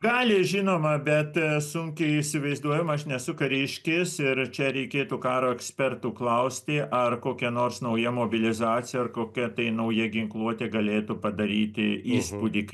gali žinoma bet sunkiai įsivaizduojama aš nesu kariškis ir čia reikėtų karo ekspertų klausti ar kokia nors nauja mobilizacija ar kokia tai nauja ginkluotė galėtų padaryti įspūdį